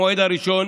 המועד הראשון